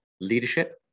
leadership